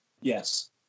Yes